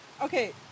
Okay